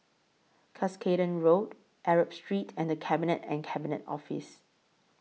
Cuscaden Road Arab Street and The Cabinet and Cabinet Office